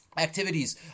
Activities